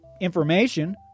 information